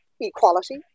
equality